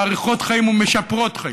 מאריכות חיים ומשפרות חיים,